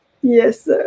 Yes